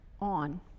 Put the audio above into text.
on